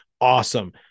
Awesome